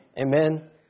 Amen